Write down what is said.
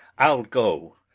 i'll go!